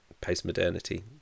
post-modernity